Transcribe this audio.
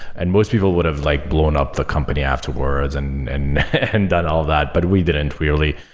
and most people would have like blown up the company afterwards and and and done all of that, but we didn't really.